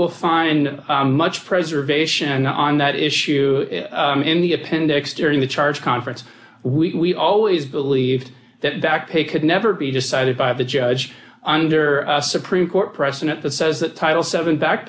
will find much preservation on that issue in the appendix during the charge conference we always believed that backpay could never be decided by the judge under supreme court precedent that says that title seven back